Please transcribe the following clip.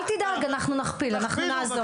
אל תדאג, אנחנו נכפיל, אנחנו נעזור.